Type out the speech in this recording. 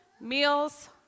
Meals